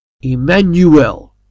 Emmanuel